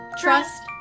trust